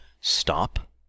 Stop